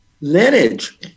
lineage